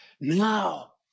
Now